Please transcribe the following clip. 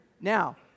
Now